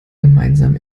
gemeinsam